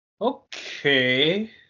Okay